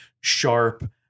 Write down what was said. sharp